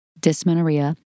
dysmenorrhea